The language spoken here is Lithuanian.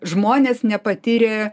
žmonės nepatyrė